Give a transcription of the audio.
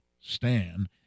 Stan